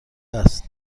است